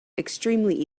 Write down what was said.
extremely